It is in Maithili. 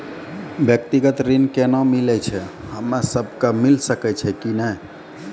व्यक्तिगत ऋण केना मिलै छै, हम्मे सब कऽ मिल सकै छै कि नै?